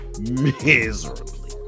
miserably